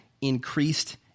increased